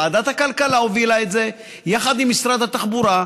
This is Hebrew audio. ועדת הכלכלה הובילה את זה יחד עם משרד התחבורה,